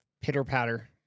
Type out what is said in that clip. pitter-patter